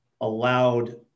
allowed